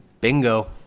Bingo